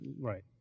right